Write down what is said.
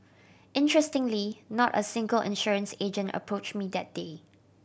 interestingly not a single insurance agent approached me that day